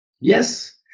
yes